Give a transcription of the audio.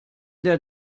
der